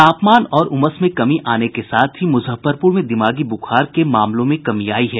तापमान और उमस में कमी आने के साथ ही मुजफ्फरपुर में दिमागी बुखार के मामलों में कमी आयी है